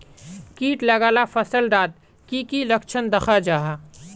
किट लगाले फसल डात की की लक्षण दखा जहा?